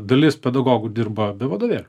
dalis pedagogų dirba be vadovėlių